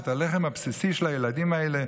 את הלחם הבסיסי של הילדים האלה,